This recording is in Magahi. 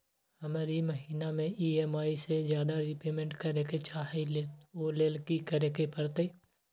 हम ई महिना में ई.एम.आई से ज्यादा रीपेमेंट करे के चाहईले ओ लेल की करे के परतई?